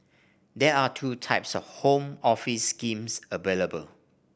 there are two types of Home Office schemes available